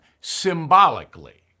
symbolically